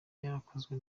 yarakozwe